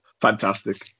fantastic